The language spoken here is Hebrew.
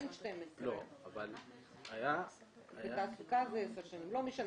אין 12. בתעסוקה זה עשר שנים לא משנה